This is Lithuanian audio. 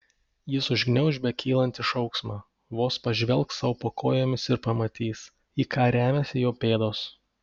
jis užgniauš bekylantį šauksmą vos pažvelgs sau po kojomis ir pamatys į ką remiasi jo pėdos